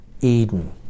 Eden